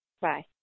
Bye